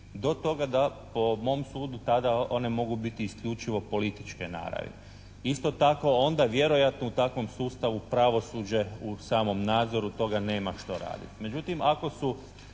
do toga da po mom sudu tada one mogu biti isključivo političke naravi. Isto tako onda vjerojatno u takvom sustavu pravosuđe u samom nadzoru toga nema što raditi.